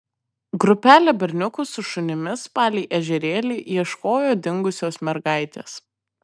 grupelė berniukų su šunimis palei ežerėlį ieškojo dingusios mergaitės